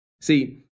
See